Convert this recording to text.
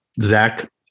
zach